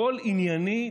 הכול ענייני,